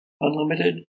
Unlimited